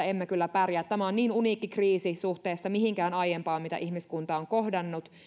emme kyllä pärjää tämä on niin uniikki kriisi suhteessa mihinkään aiempaan mitä ihmiskunta on kohdannut